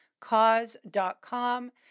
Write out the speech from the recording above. Cause.com